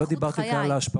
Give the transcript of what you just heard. לא דיברתי בכלל על ההשלכות.